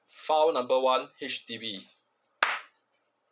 file number one H_D_B